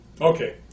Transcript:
Okay